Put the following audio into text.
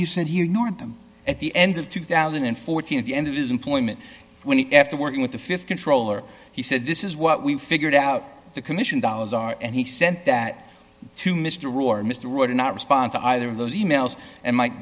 you said you nor them at the end of two thousand and fourteen at the end of his employment when he after working with the th controller he said this is what we figured out the commission dollars are and he sent that to mr or mr or did not respond to either of those e mails and m